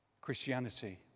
Christianity